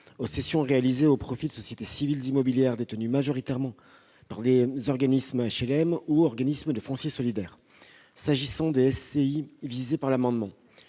aux cessions réalisées au profit de sociétés civiles immobilières détenues majoritairement par des organismes d'HLM ou des organismes de foncier solidaire. Si les SCI visées par l'amendement